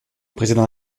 président